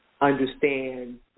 understand